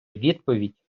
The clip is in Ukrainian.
відповідь